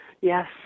Yes